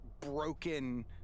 broken